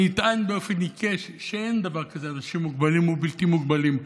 אני אטען באופן עיקש שאין דבר כזה אנשים מוגבלים או בלתי מוגבלים.